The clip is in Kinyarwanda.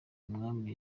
umwami